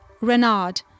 Renard